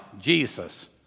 Jesus